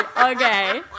okay